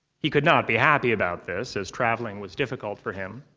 he could not be happy about this, as traveling was difficult for him.